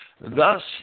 thus